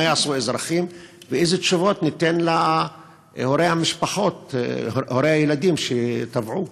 מה יעשו אזרחים ואילו תשובות ניתן להורי הילדים שטבעו?